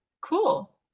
cool